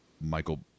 michael